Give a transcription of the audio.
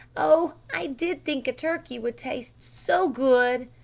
oh, i did think a turkey would taste so good!